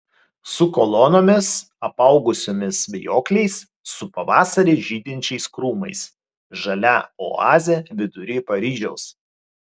su kolonomis apaugusiomis vijokliais su pavasarį žydinčiais krūmais žalia oazė vidury paryžiaus